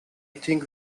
think